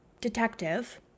detective